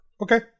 Okay